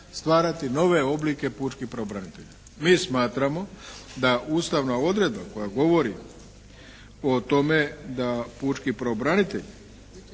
stvarati nove oblike pučkih pravobranitelja. Mi smatramo da ustavna odredba koja govori o tome da pučki pravobranitelj